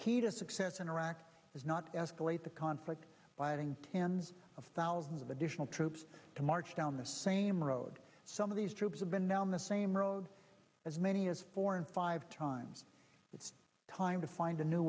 key to success in iraq is not escalate the conflict by adding tens of thousands of additional troops to march down the same road some of these troops have been now on the same road as many as four in five times it's time to find a new